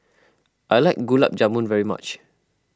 I like Gulab Jamun very much